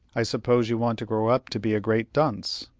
i suppose you want to grow up to be a great dunce.